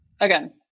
Again